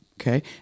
Okay